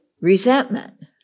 resentment